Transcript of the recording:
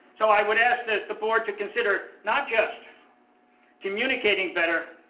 so, i would ask the the board to consider not just communicating better,